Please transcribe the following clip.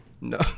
No